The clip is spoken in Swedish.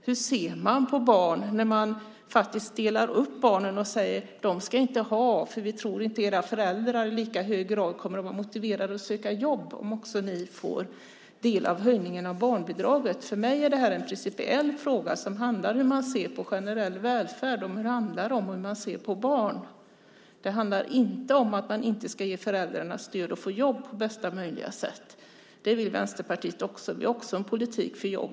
Hur ser man på barn när man faktiskt delar upp barnen och säger: Ni ska inte ha, för vi tror inte att era föräldrar i lika hög grad kommer att vara motiverade att söka jobb om ni också får del av höjningen av barnbidraget? För mig är det här en principiell fråga som handlar om hur man ser på generell välfärd. Det handlar om hur man ser på barn. Det handlar inte om att man inte ska ge föräldrarna stöd för att få jobb på bästa möjliga sätt. Det vill Vänsterpartiet också. Vi har också en politik för jobb.